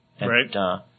right